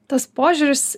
tas požiūris